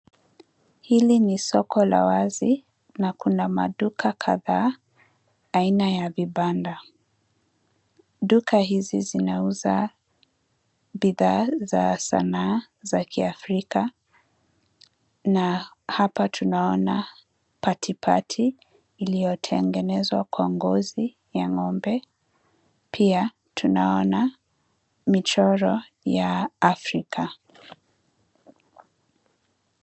Hili ni soko la wazi na kuna maduka kadhaa aina ya vibanda. Duka hizi zinauza bidhaa za sanaa za kiafrika na hapa tunaona patipati iliyotengenezwa kwa ngozi ya ng'ombe. Pia tunaona michoro ya Afrika.